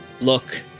look